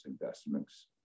investments